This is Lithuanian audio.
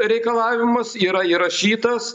reikalavimas yra įrašytas